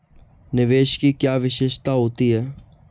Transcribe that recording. निवेश की क्या विशेषता होती है?